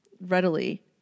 readily